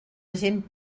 gent